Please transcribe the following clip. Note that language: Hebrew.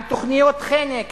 על תוכניות חנק,